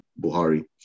Buhari